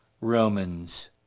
Romans